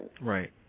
Right